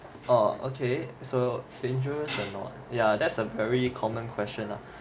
oh okay so dangerous yeah that's a very common question lah